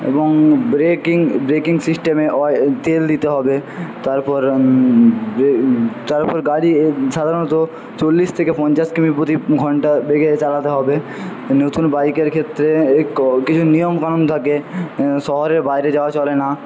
এবং braking braking সিস্টেমে oil তেল দিতে হবে তারপর তারপর গাড়ি সাধারণত চল্লিশ থেকে পঞ্চাশ কিমি প্রতি ঘন্টা বেগে চালাতে হবে নতুন বাইকের ক্ষেত্রে কিছু নিয়মকানুন থাকে শহরের বাইরে যাওয়া চলে না